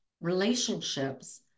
relationships